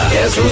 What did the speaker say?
Yes